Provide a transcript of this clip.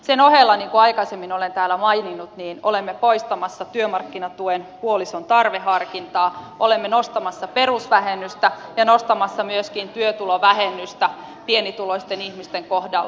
sen ohella niin kuin aikaisemmin olen täällä maininnut olemme poistamassa työmarkkinatuen puolison tarveharkintaa olemme nostamassa perusvähennystä ja nostamassa myöskin työtulovähennystä pienituloisten ihmisten kohdalla